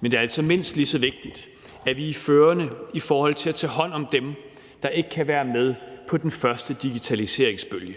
men det er altså mindst lige så vigtigt, at vi er førende i forhold til at tage hånd om dem, der ikke kan være med på den første digitaliseringsbølge.